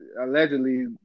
allegedly